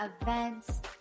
events